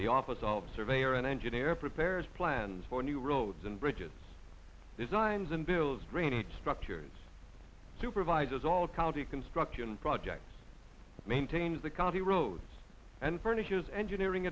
the office of surveyor and engineer prepares plans for new roads and bridges designs and builds drainage structures supervises all county construction projects maintains the county roads and furnishes engineering